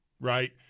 right